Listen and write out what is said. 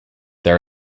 there